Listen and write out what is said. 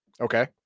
Okay